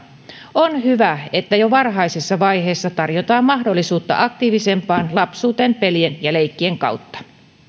on hyvä että jo varhaisessa vaiheessa tarjotaan mahdollisuutta aktiivisempaan lapsuuteen pelien ja leikkien kautta